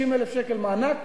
60,000 מענק